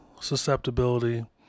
susceptibility